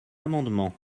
amendement